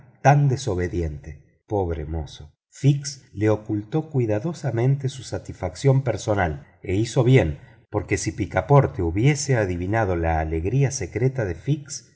tan desobediente pobre mozo fix le ocultó cuidadosamente su satisfacción personal e hizo bien porque si picaporte hubiera adivinado la alegría secreta de fix